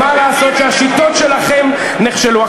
מה לעשות שהשיטות שלכם נכשלו.